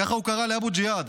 כך הוא קרא לאבו ג'יהאד,